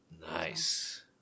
Nice